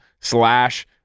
slash